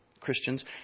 Christians